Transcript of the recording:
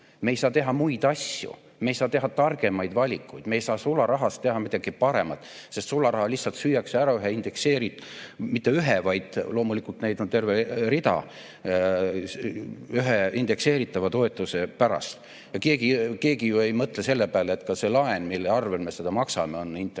Me ei saa teha muid asju, me ei saa teha targemaid valikuid, me ei saa sularahas teha midagi paremat, sest sularaha lihtsalt süüakse ära ühe – mitte ühe, vaid loomulikult neid on terve rida – indekseeritava toetuse pärast. Keegi ju ei mõtle selle peale, et ka see laen, mille arvel me seda maksame, on intressiga.